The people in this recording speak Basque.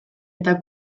eta